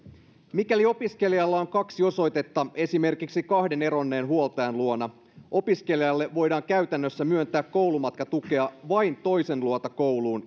mikäli opiskelijalla on kaksi osoitetta esimerkiksi kahden eronneen huoltajan luona opiskelijalle voidaan käytännössä myöntää koulumatkatukea vain toisen luota kouluun